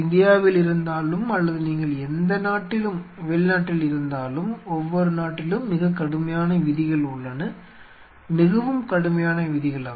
இந்தியாவில் இருந்தாலும் அல்லது நீங்கள் எந்த நாட்டிலும் வெளிநாட்டில் இருந்தாலும் ஒவ்வொரு நாட்டிலும் மிகக் கடுமையான விதிகள் உள்ளன மிகவும் கடுமையான விதிகள் அவை